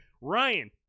Ryan